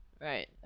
Right